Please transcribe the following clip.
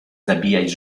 zabijać